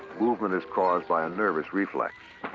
movement is caused by a nervous reflex.